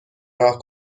راه